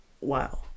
wow